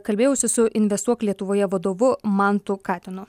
kalbėjausi su investuok lietuvoje vadovu mantu katinu